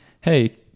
hey